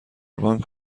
بانک